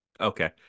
okay